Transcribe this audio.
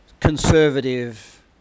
conservative